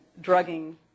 drugging